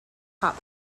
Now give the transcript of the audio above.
pop